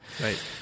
Right